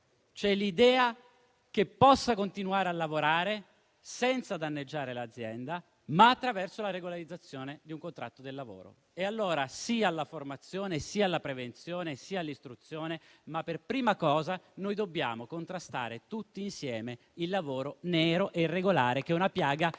c'è l'idea che possa continuare a lavorare senza danneggiare l'azienda, ma attraverso la regolarizzazione del contratto di lavoro. Allora sì alla formazione, sì alla prevenzione, sì all'istruzione; ma per prima cosa noi dobbiamo contrastare, tutti insieme, il lavoro nero e irregolare, che è una piaga sociale